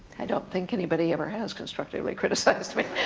i don't think anybody ever has constructively criticized me.